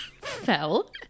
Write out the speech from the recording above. fell